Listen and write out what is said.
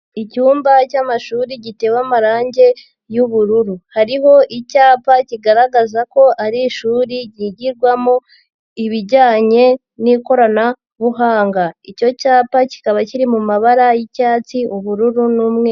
Icyumba cy'amashuri gitewe amarangi y'ubururu, hariho icyapa kigaragaza ko ari ishuri ryigirwamo ibijyanye n'ikoranabuhanga, icyo cyapa kikaba kiri mu mabara y'icyatsi, ubururu n'umweru.